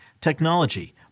technology